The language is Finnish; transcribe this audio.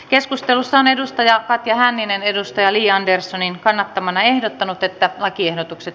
keskustelussa on katja hänninen li anderssonin kannattamana ehdottanut että lakiehdotukset